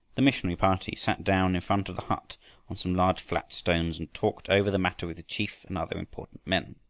the missionary party sat down in front of the hut on some large flat stones and talked over the matter with the chief and other important men.